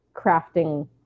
crafting